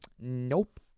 Nope